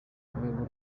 rwego